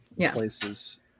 places